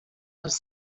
els